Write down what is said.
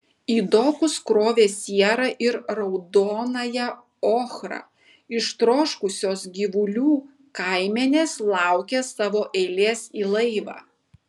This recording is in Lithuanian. į dokus krovė sierą ir raudonąją ochrą ištroškusios gyvulių kaimenės laukė savo eilės į laivą